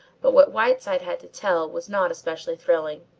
but what whiteside had to tell was not especially thrilling.